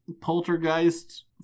poltergeist